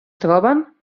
troben